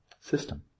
system